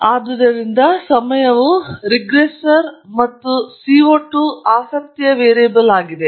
ಆದುದರಿಂದ ಸಮಯವು ರಿಗ್ರೆಸರ್ ಮತ್ತು CO 2 ಆಸಕ್ತಿಯ ವೇರಿಯಬಲ್ ಆಗಿದೆ